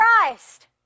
Christ